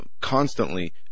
constantly